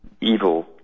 evil